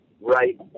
right